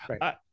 Right